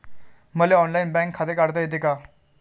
मले online bank खाते काढता येते का?